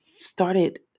started